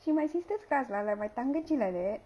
she in my sister's class lah like my தங்கச்சி:thangachi like that